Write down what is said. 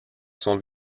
son